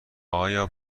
آیا